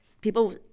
People